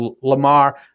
Lamar